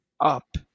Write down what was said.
up